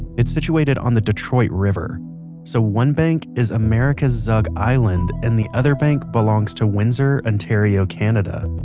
it's situated on the detroit river so one bank is america's zug island and the other bank belongs to windsor, ontario, canada.